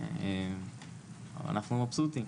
אבל אנחנו מבסוטים.